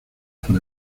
por